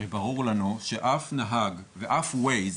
הרי ברור לנו שאף נהג ואףwaze